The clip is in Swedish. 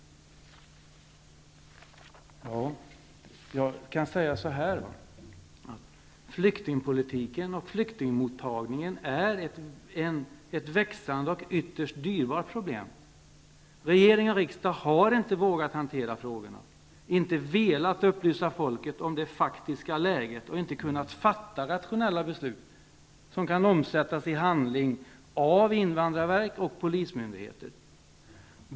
Flyktingpolitiken och flyktingmottagningen är ett växande och ytterst dyrbart problem. Regering och riksdag har inte vågat hantera frågorna. Man har inte velat upplysa folket om det faktiska läget, och man har inte kunnat fatta rationella beslut som kan omsättas i handling av invandrarverk och polismyndigheter.